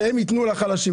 שהם ייתנו לחלשים,